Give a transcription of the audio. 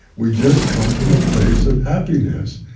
we just come from a place of happiness.